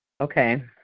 Okay